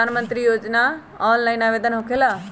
प्रधानमंत्री योजना ऑनलाइन आवेदन होकेला?